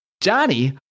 johnny